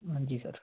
ਹਾਂਜੀ ਸਰ